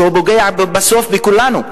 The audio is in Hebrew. שפוגע בסוף בכולנו.